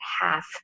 half